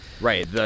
Right